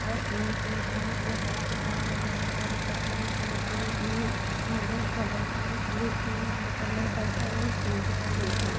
ଆଉ ତୁଳି କିଣିଥାଉ ପ୍ରିୟ କଳାକାର ଘରିକା କତିରୁ ତୁଳି କିଣି ଆମେ ଘରେ କଲର କିଣି ତୁଳି କିଣି ଘର କଲର କରିଥାଉ ଏବଂ ତୁଳି ବି ଦେଇଥାଉ